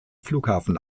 flughafen